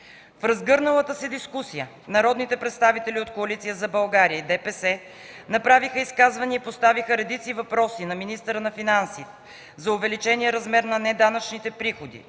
В разгърналата се дискусия народните представители от Коалиция за България и ДПС направиха изказвания и поставиха редица въпроси на министъра на финансите – за увеличения размер на неданъчните приходи,